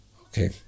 Okay